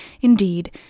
indeed